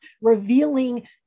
Revealing